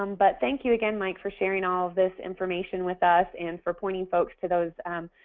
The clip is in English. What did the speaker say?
um but thank you again mike for sharing all of this information with us and for pointing folks to those